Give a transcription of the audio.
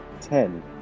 Ten